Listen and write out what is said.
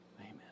Amen